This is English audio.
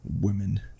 women